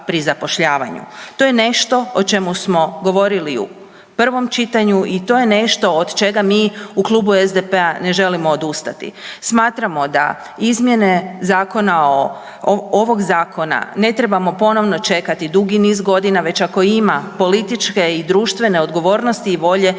To je nešto o čemu smo govorili u prvom čitanju i to je nešto od čega mi u Klubu SDP-a ne želimo odustati. Smatramo da izmjeni zakona o, ovog zakona ne trebamo ponovno čekati dugi niz godina već ako ima političke i društvene odgovornosti i volje da te